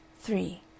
Three